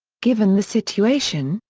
given the situation,